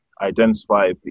identify